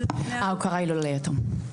ההוקרה היא לא ליתום.